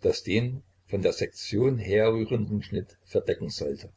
das den von der sektion herrührenden schnitt verdecken sollte